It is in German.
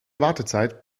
wartezeit